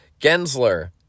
Gensler